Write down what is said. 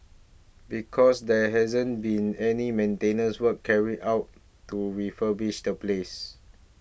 because there hasn't been any maintenance works carried out to refurbish the place